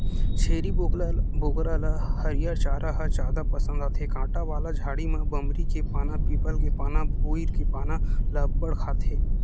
छेरी बोकरा ल हरियर चारा ह जादा पसंद आथे, कांटा वाला झाड़ी म बमरी के पाना, पीपल के पाना, बोइर के पाना ल अब्बड़ खाथे